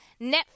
Netflix